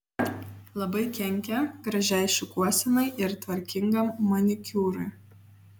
labai kenkia gražiai šukuosenai ir tvarkingam manikiūrui